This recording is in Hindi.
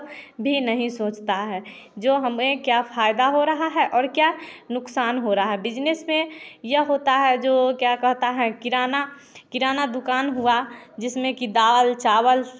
भी नहीं सोचता है जो हमें क्या फ़ायदा हो रहा है और क्या नुकसान हो रहा है बिजनेस में यह होता है जो क्या कहता है किराना किराना दुकान हुआ जिसमें की दाल चावल